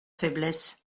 faiblesse